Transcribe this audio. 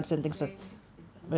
is very expensive